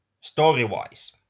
story-wise